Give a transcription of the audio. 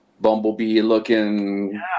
bumblebee-looking